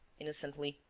innocently.